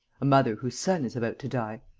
a mother whose son is about to die.